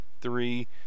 Three